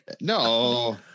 No